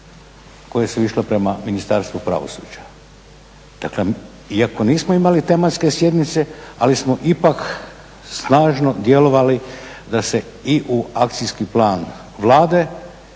koje su išle prema Ministarstvu pravosuđa. Dakle, iako nismo imali tematske sjednice ali smo ipak snažno djelovali da se i u akcijski plan Vlade